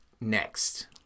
Next